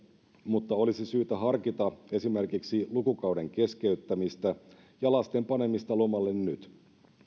mutta olisi syytä harkita esimerkiksi lukukauden keskeyttämistä ja lasten panemista lomalle nyt